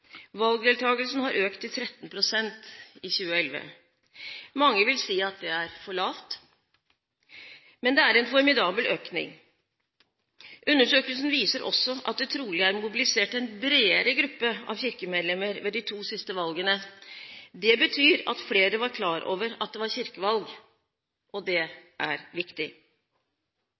Mange vil si at det er for lavt, men det er en formidabel økning. Undersøkelsen viser også at det trolig er mobilisert en bredere gruppe av kirkemedlemmer ved de to siste valgene. Det betyr at flere var klar over at det var kirkevalg, og det er viktig.